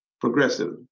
progressive